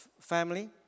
family